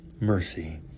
mercy